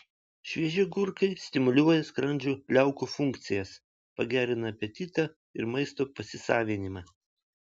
švieži agurkai stimuliuoja skrandžio liaukų funkcijas pagerina apetitą ir maisto pasisavinimą